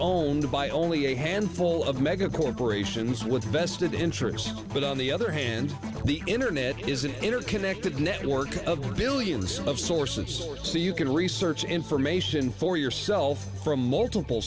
owned by only a handful of mega corporations with vested interests but on the other hand the internet is an interconnected network of billions of sources so you can research information for yourself from multiple